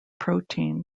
protein